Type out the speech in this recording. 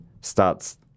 starts